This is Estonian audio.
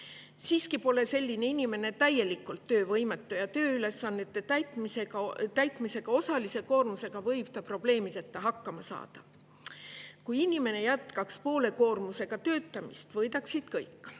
Siiski pole selline inimene täielikult töövõimetu ja tööülesannete täitmisega osalise koormusega võib ta probleemideta hakkama saada. Kui inimene jätkaks poole koormusega töötamist, võidaksid kõik: